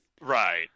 Right